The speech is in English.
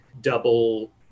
double